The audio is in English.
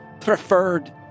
preferred